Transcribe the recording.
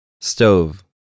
Stove